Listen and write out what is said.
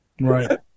Right